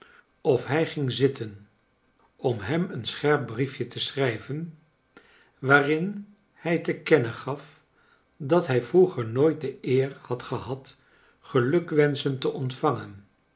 of hij ging zitten om hem een scherp briefje te scnrijven waarin hij te kennen gaf dat hij vroeger nooit de eer had gehad gelukwenschen te ontvangen